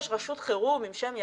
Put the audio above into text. אבל זה שיש רשות חירום עם שם יפה,